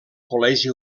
col·legi